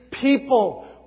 people